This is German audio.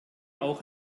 auch